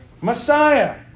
Messiah